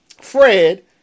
Fred